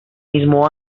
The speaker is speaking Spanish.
mismo